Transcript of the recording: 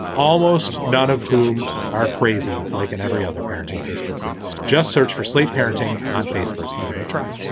almost none of whom are crazy, like in every other parenting facebook group just search for sleep, parenting on facebook and give it a try.